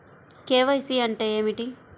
KYC అంటే ఏమిటి?